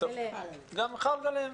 חל עליהם.